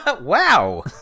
Wow